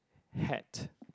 hat